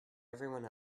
everyone